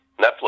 Netflix